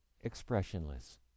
expressionless